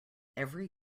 every